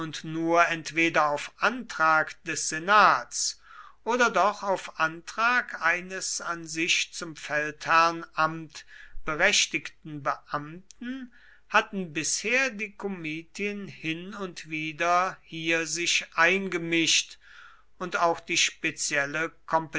nur entweder auf antrag des senats oder doch auf antrag eines an sich zum feldherrnamt berechtigten beamten hatten bisher die komitien hin und wieder hier sich eingemischt und auch die spezielle